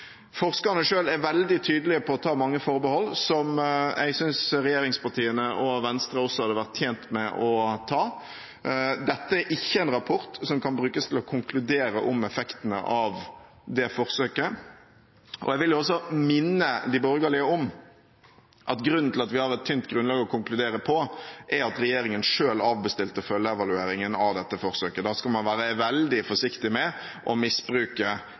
Forskerne selv er veldig tydelig på å ta mange forbehold, som jeg synes regjeringspartiene og Venstre også hadde vært tjent med å ta. Dette er ikke en rapport som kan brukes til å konkludere om effektene av det forsøket. Jeg vil også minne de borgerlige om at grunnen til at vi har et tynt grunnlag å konkludere på, er at regjeringen selv avbestilte en full evaluering av dette forsøket. Da skal man være veldig forsiktig med å misbruke